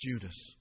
Judas